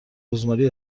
رزماری